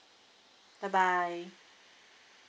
bye bye